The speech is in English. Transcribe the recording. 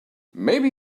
maybe